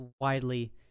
widely